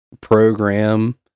program